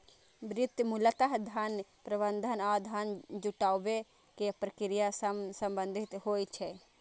वित्त मूलतः धन प्रबंधन आ धन जुटाबै के प्रक्रिया सं संबंधित होइ छै